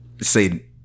say